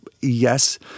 Yes